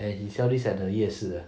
and he sell these at the 夜市 ah